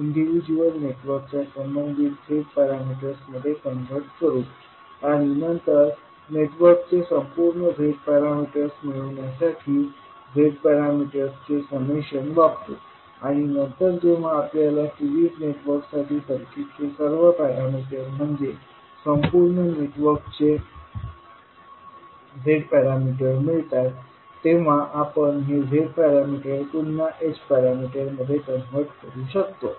individual नेटवर्कच्या संबंधित z parameters मध्ये कन्व्हर्ट करू आणि नंतर नेटवर्कचे संपूर्ण z पॅरामीटर्स मिळविण्यासाठी z पॅरामीटर्सचे समेशन वापरू आणि नंतर जेव्हा आपल्याला सिरीज नेटवर्कसाठी सर्किटचे सर्व पॅरामीटर्स म्हणजे संपूर्ण नेटवर्कचे z पॅरामीटर मिळतात तेव्हा आपण हे z पॅरामीटर पुन्हा h पॅरामीटर मध्ये कन्व्हर्ट करू शकतो